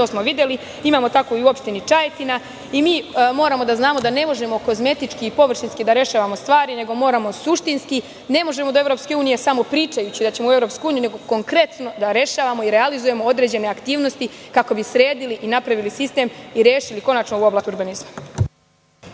to smo videli, imamo tako i u opštini Čajetina i mi moramo da znamo da ne možemo kozmetički i površinski da rešavamo stvari, nego suštinski, ne možemo do EU pričajući, nego moramo konkretno da rešavamo i realizujemo određene aktivnosti, kako bi sredili i napravili sistem i rešili konačno oblast urbanizma.